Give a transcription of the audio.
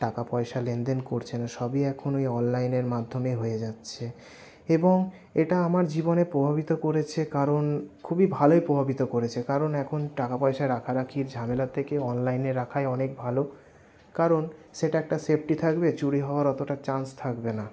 টাকা পয়সা লেনদেন করছে না সবই এখন ওই অনলাইনের মাধ্যমে হয়ে যাচ্ছে এবং এটা আমার জীবনে প্রভাবিত করেছে কারণ খুবই ভালোই প্রভাবিত করেছে কারণ এখন টাকাপয়সা রাখারাখির ঝামেলা থেকে অনলাইনে রাখাই অনেক ভালো কারণ সেটা একটা সেফটি থাকবে চুরি হওয়ার অতটা চান্স থাকবে না